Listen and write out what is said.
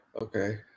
Okay